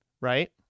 right